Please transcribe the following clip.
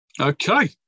Okay